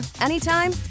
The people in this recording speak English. anytime